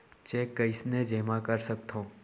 Cheque कईसने जेमा कर सकथो?